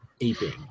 aping